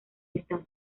estas